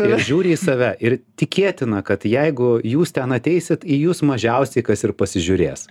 ir jie žiūri į save ir tikėtina kad jeigu jūs ten ateisit į jus mažiausiai kas ir pasižiūrės